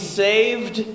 saved